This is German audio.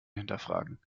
hinterfragen